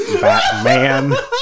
Batman